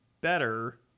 better